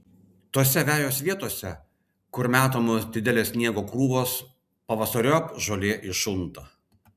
tose vejos vietose kur metamos didelės sniego krūvos pavasariop žolė iššunta